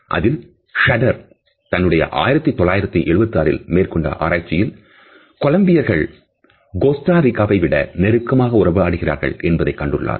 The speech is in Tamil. அதில் ஷூட்டர் தன்னுடைய 1976 ல் மேற்கொண்ட ஆராய்ச்சியில் கொலம்பிய ர்கள் கோஸ்டா ரிக்க களைவிட நெருக்கமாக உருவாகிறார்கள் என்பதை கண்டுள்ளார்